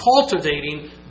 cultivating